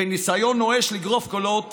בניסיון נואש לגרוף קולות